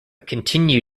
continue